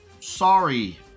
Sorry